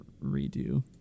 redo